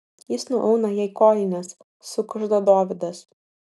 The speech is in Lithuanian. jis nuauna jai kojines sukužda dovydas